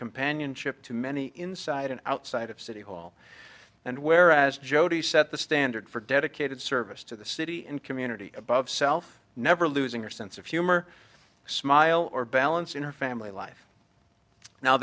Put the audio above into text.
companionship to many inside and outside of city hall and whereas jodi set the standard for dedicated service to the city and community above self never losing her sense of humor smile or balance in her family life now